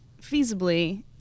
feasibly